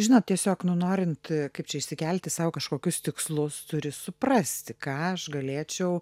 žinot tiesiog nu norint kaip čia išsikelti sau kažkokius tikslus turi suprasti ką aš galėčiau